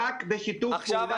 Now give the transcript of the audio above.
רק בשיתוף פעולה של כולם,